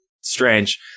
Strange